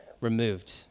removed